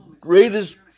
greatest